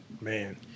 Man